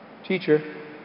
Teacher